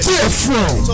different